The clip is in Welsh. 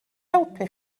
helpu